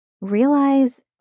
Realize